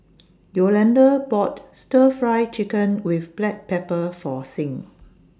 Yolonda bought Stir Fry Chicken with Black Pepper For Sing